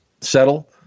settle